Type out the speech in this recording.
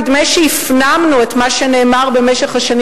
נדמה שהפנמנו את מה שנאמר במשך השנים